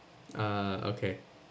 uh okay